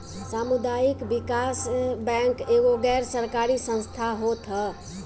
सामुदायिक विकास बैंक एगो गैर सरकारी संस्था होत हअ